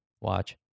watch